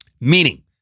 meaning